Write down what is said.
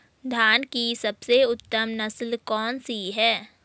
धान की सबसे उत्तम नस्ल कौन सी है?